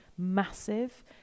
massive